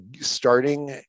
starting